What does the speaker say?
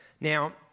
Now